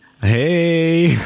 hey